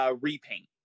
repaint